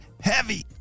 heavy